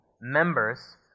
members